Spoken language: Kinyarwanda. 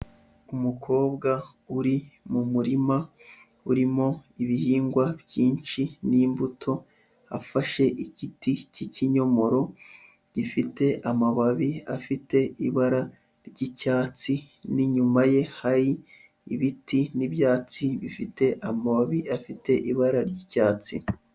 Umukobwa uri mu murima urimo ibihingwa byinshi n'imbuto, afashe igiti cy'ikinyomoro, gifite amababi afite ibara ry'icyatsi n'inyuma ye hari ibiti n'ibyatsi bifite amababi afite ibara ry'icyatsi.